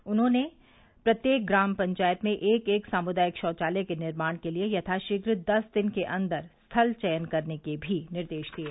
साथ ही उन्होंने प्रत्येक ग्राम पंचायत में एक एक सामुदायिक शौचालय के निर्माण के लिए यथाशीघ्र दस दिन के अन्दर स्थल चयन करने के भी निर्देश दिये